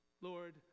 Lord